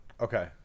Okay